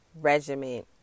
Regiment